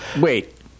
Wait